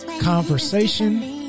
conversation